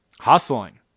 hustling